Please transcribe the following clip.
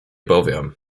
powiem